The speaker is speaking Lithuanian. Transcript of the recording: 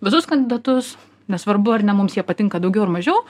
visus kandidatus nesvarbu ar ne mums jie patinka daugiau ar mažiau